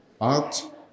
art